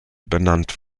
benannt